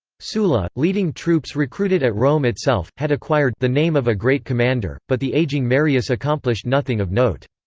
sulla, leading troops recruited at rome itself, had acquired the name of a great commander, but the aging marius accomplished nothing of note.